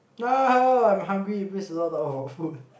no I'm hungry please do not talk about food